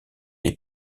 les